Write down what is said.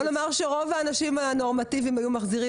בוא נאמר שרוב האנשים הנורמטיביים היו מחזירים